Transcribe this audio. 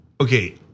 okay